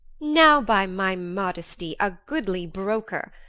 now, by my modesty, a goodly broker!